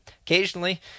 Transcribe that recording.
occasionally